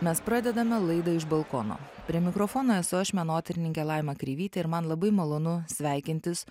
mes pradedame laidą iš balkono prie mikrofono esu aš menotyrininkė laima kreivytė ir man labai malonu sveikintis